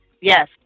yes